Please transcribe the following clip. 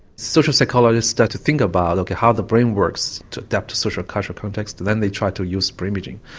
social psychologists start to think about like how the brain works to adapt to social cultural context, then they try to use brain imaging.